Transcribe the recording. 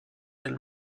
del